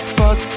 fuck